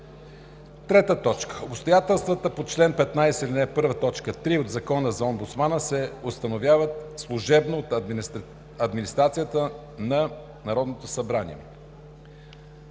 решението. 3. Обстоятелствата по чл. 15, ал. 1, т. 3 от Закона за омбудсмана се установяват служебно от администрацията на Народното събрание.